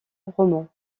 roman